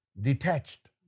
detached